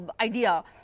idea